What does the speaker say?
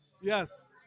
Yes